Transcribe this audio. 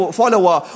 follower